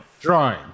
Drawing